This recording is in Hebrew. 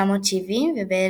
לאחרונה בברזיל ב־2014